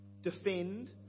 defend